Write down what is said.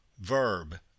verb